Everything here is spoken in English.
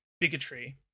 bigotry